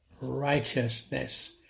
righteousness